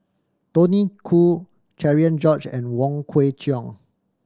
Tony Khoo Cherian George and Wong Kwei Cheong